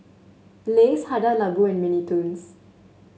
Lays Hada Labo and Mini Toons